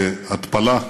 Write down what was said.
בהתפלה,